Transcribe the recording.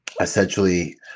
essentially